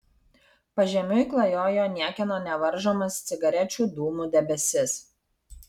pažemiui klajojo niekieno nevaržomas cigarečių dūmų debesis